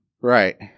Right